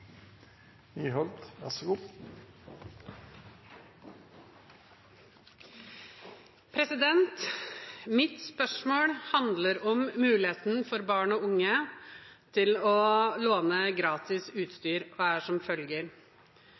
Mitt spørsmål handler om muligheten for barn og unge til å låne gratis utstyr, og er som følger: